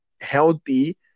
healthy